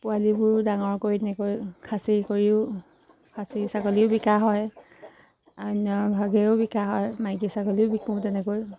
পোৱালিবোৰো ডাঙৰ কৰি তেনেকৈ খাচী কৰিও খাচী ছাগলীও বিকা হয় অন্যভাগেও বিকা হয় মাইকী ছাগলীও বিকো তেনেকৈ